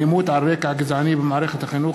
אלימות על רקע גזעני במערכת החינוך,